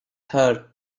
her